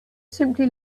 simply